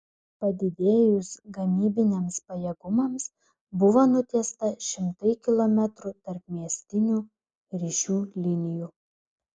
padidėjus gamybiniams pajėgumams buvo nutiesta šimtai kilometrų tarpmiestinių ryšių linijų